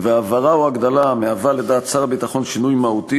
והעברה או הגדלה המהווה לדעת שר הביטחון שינוי מהותי,